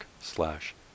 slash